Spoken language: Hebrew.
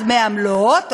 דמי עמלות,